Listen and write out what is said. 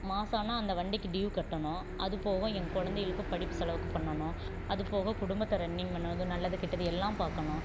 மாசம் ஆனால் அந்த வண்டிக்கி டீவ் கட்டணும் அதுப்போக என் குழந்தைகளுக்கு படிப்பு செலவுக்கு பண்ணணும் அதுப்போக குடும்பத்தை ரன்னிங் பண்ணுறது நல்லது கெட்டது எல்லாம் பார்க்கணும்